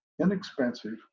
inexpensive